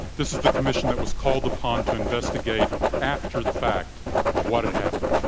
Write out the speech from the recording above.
this is the commission that was called upon to investigate after the fact what had happened.